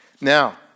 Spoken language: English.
Now